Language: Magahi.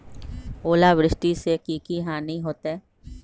ओलावृष्टि से की की हानि होतै?